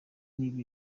niba